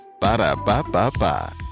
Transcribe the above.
Ba-da-ba-ba-ba